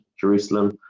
jerusalem